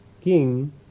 king